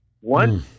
One